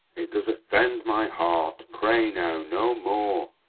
it does offend my heart pray now, no more.